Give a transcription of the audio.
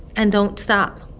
and don't stop.